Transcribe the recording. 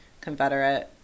Confederate